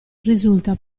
risulta